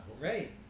Right